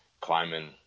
climbing